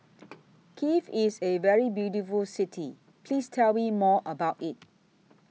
Kiev IS A very beautiful City Please Tell Me More about IT